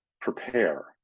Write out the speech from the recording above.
prepare